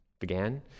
began